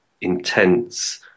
intense